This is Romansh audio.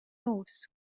nus